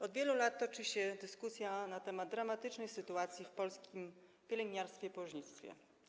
Od wielu lat toczy się dyskusja na temat dramatycznej sytuacji w polskim pielęgniarstwie i położnictwie.